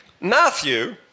Matthew